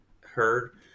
heard